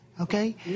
okay